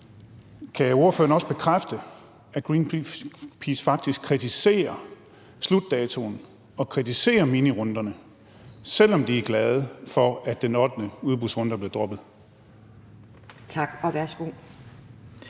også bekræfte, at Greenpeace faktisk kritiserer slutdatoen og kritiserer minirunderne, selv om de er glade for, at den ottende udbudsrunde er blevet droppet?